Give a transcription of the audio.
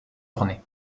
ornées